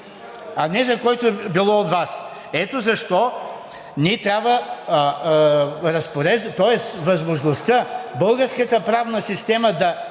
а не за който и да било от Вас. Ето защо ние трябва, тоест възможността българската правна система да